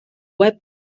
web